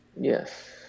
yes